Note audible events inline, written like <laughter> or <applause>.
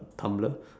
tumblr <breath>